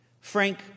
Frank